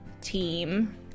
team